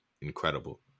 incredible